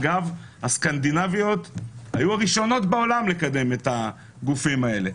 אגב הסקנדינביות היו הראשונות בעולם לקדם את הגופים האלה.